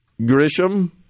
Grisham